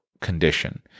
condition